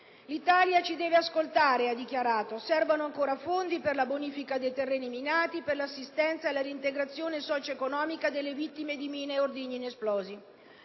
«L'Italia ci deve ascoltare» - ha dichiarato - «Servono ancora fondi per la bonifica di terreni minati e per l'assistenza e la reintegrazione socioeconomica delle vittime di mine e ordigni inesplosi».